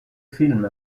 films